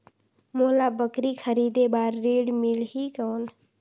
मोला बकरी खरीदे बार ऋण मिलही कौन?